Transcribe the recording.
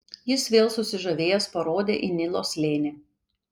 jis vėl susižavėjęs parodė į nilo slėnį